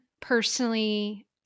Personally